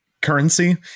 currency